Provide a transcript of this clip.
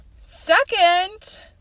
Second